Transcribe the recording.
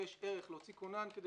ויש ערך להוציא כונן כדי